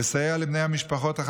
לסייע לבני המשפחות של השבויים,